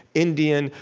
indian,